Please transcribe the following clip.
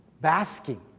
basking